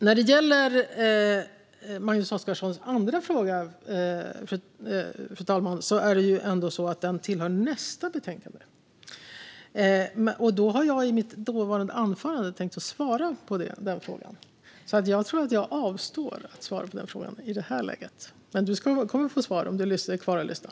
När det gäller Magnus Oscarssons andra fråga hör den till debatten om nästa betänkande. Jag har tänkt att i mitt anförande svara på den frågan. Jag avstår att svara på den frågan i det här läget. Men du kommer att få svar om du är kvar och lyssnar.